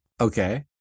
Okay